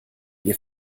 ihr